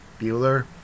Bueller